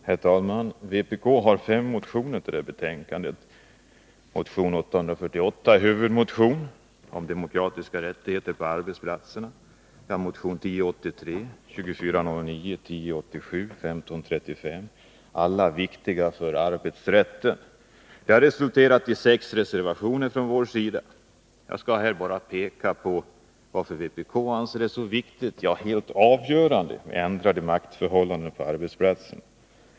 Herr talman! Vpk har fem motioner i det här betänkandet. Motion 848 om demokratiska rättigheter på arbetsplatsen är huvudmotionen. Vi har sedan motionerna 1083, 2409, 1087 och 1535 — alla viktiga för arbetsrätten. De har resulterat i sex reservationer från vår sida. Jag skall här bara peka på varför vpk har ansett det så viktigt, ja, helt avgörande med ändrade maktförhållanden på arbetsplatsen.